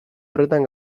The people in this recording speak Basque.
horretan